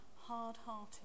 hard-hearted